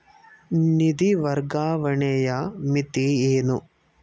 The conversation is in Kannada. ನಿಧಿ ವರ್ಗಾವಣೆಯ ಮಿತಿ ಏನು?